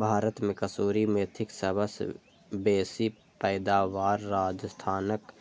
भारत मे कसूरी मेथीक सबसं बेसी पैदावार राजस्थानक